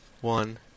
one